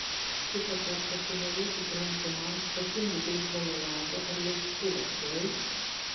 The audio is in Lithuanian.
kitą kartą kai norėsi trenkti man pasiimk beisbolo lazdą ar laužtuvą gerai